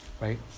Right